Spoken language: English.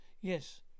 Yes